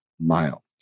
mile